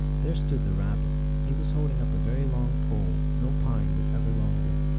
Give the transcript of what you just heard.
there stood the rabbit. he was holding up a very long pole no pine was ever longer.